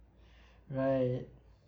right